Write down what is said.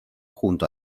junto